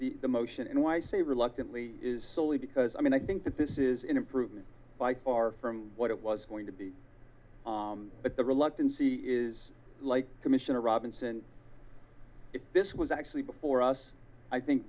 support the motion and when i say reluctantly is soley because i mean i think that this is an improvement by far from what it was going to be but the reluctancy is like commissioner robinson if this was actually before us i think